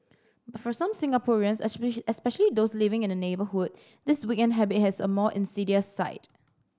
but for some Singaporeans especially those living in the neighbourhood this weekend habit has a more insidious side